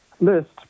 list